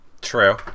True